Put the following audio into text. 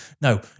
No